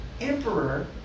Emperor